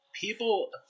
People